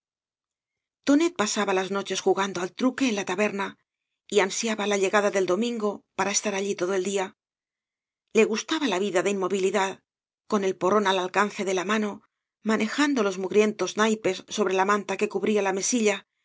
tonet pasaba las noches jugando al truque en la taberna y ansiaba la llegada del domingo para estar allí todo el día le gustaba la vida de inmovilidad con el porrón al alcance de la mano manejando los mugrientos naipes sobre la manta que cubría la mesilla